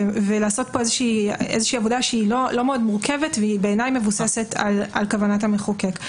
ולעשות עבודה שהיא לא מאוד מורכבת ומבוססת על כוונת המחוקק.